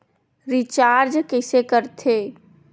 Recharge कइसे कर थे?